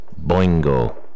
Boingo